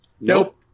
Nope